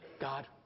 God